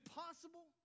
possible